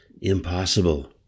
impossible